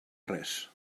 res